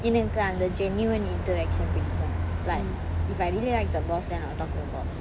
எனக்கு அந்த:enakku antha genuine interaction பிடிக்கும்:pidikkum like if I really like the boss then I will talk to the boss